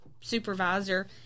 supervisor